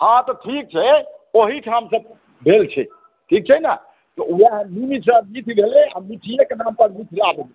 हॅं तऽ ठीक छै ओहिठाम सॅं भेल छै ठीक छै ने वएह मुनि सॅं मिथि भेलै आ मिथियेक नाम पर मिथिला भेलै